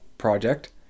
project